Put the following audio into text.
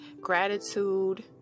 gratitude